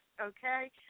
okay